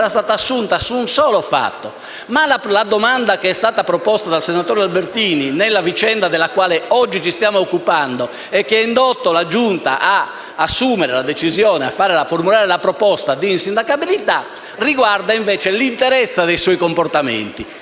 era stata assunta sulla base di un solo fatto; ma la domanda che è stata proposta dal senatore Albertini nella vicenda della quale oggi ci stiamo occupando, e che ha indotto la Giunta ad assumere la decisione di formulare la proposta di insindacabilità, riguarda invece l'interezza dei suoi comportamenti.